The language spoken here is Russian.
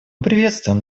приветствуем